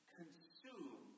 consume